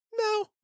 No